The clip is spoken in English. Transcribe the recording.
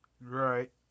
Right